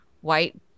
white